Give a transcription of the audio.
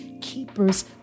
keepers